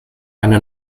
eine